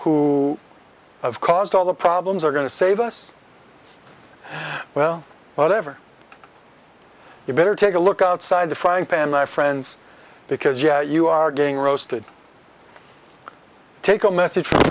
who have caused all the problems are going to save us well whatever you better take a look outside the frying pan my friends because yes you are getting roasted take a message from